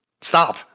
stop